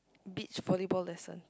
beach volleyball lessons